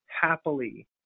happily